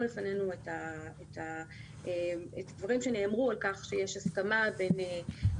לפנינו את הדברים שנאמרו על כך שיש הסכמה בין